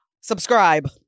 Subscribe